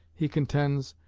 he contends,